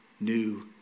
new